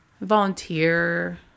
volunteer